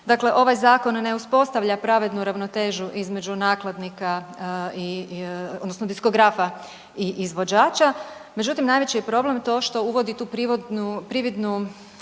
Dakle, ovaj zakon ne uspostavlja pravednu ravnotežu između nakladnika odnosno diskografa i izvođača, međutim najveći je problem to što uvodi tu prividnu